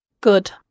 Good